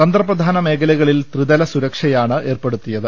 തന്ത്രപ്രധാന മേഖലകളിൽ ത്രിതല സുരക്ഷയാണ് ഏർപ്പെടുത്തിയത്